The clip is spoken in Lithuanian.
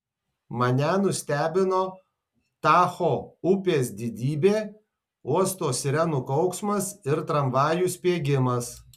mane nustebino tacho upės didybė uosto sirenų kauksmas ir tramvajų spiegimas